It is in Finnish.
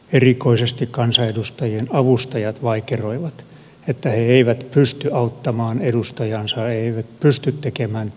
erikoisesti kansanedustajien avustajat vaikeroivat että he eivät pysty auttamaan edustajaansa he eivät pysty tekemään töitään maakunnassa